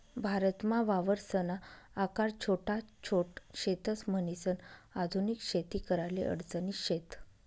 भारतमा वावरसना आकार छोटा छोट शेतस, म्हणीसन आधुनिक शेती कराले अडचणी शेत